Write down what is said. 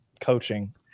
coaching